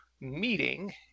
meeting